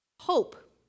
Hope